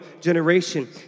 generation